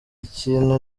ikintu